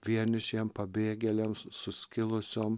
vienišiem pabėgėliam sus suskilusiom